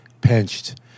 pinched